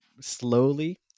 slowly